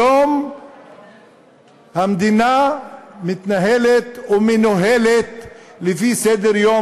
היום המדינה מתנהלת ומנוהלת לפי סדר-היום